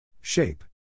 Shape